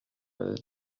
and